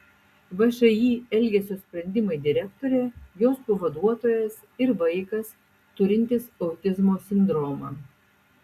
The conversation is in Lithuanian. všį elgesio sprendimai direktorė jos pavaduotojas ir vaikas turintis autizmo sindromą